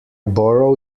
borrow